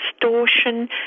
distortion